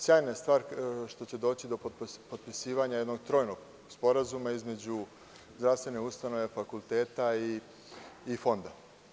Sjajna je stvar što će doći do potpisivanja jednog trojnog sporazuma između zdravstvene ustanove, fakulteta i Fonda.